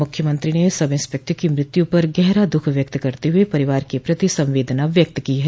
मुख्यमंत्री ने sub inspector की मृत्यु पर गहरा दुःख व्यक्त करते हुए परिवार के प्रति संवेदना व्यक्त की है